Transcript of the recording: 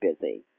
busy